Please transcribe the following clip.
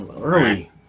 early